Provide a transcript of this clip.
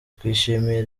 twishimiye